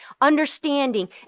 understanding